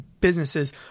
businesses